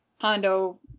Hondo